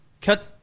cut